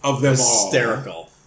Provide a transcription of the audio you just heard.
hysterical